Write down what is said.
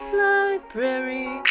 library